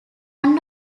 one